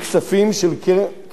לגבי רוצחי משפחת פוגל,